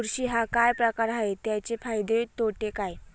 बुरशी हा काय प्रकार आहे, त्याचे फायदे तोटे काय?